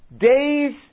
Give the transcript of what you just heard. days